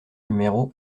numéro